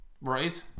right